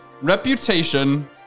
Reputation